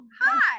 Hi